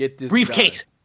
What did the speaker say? briefcase